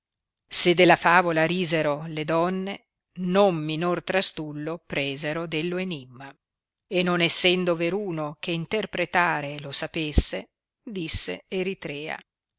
se della favola risero le donne non minor trastullo presero dello enimma e non essendo veruno che interpretare lo sapesse disse eritrea